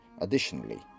additionally